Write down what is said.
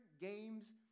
games